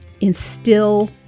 instill